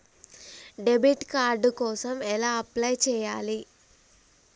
Debit card కోసం ఎలా apply చేయాలి?